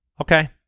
Okay